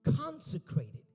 consecrated